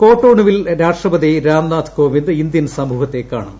കോട്ടോണുവിൽ രാഷ്ട്രപതി രാംനാഥ് കോവിന്ദ് ഇന്ത്യൻ സമൂഹത്തെ കാണും